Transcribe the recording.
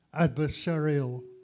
adversarial